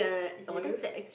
if you lose